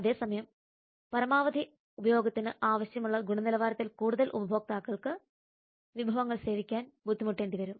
അതേ സമയം പരമാവധി ഉപയോഗത്തിന് ആവശ്യമുള്ള ഗുണനിലവാരത്തിൽ കൂടുതൽ ഉപഭോക്താക്കൾക്ക് വിഭവങ്ങൾ സേവിക്കാൻ ബുദ്ധിമുട്ടേണ്ടി വരും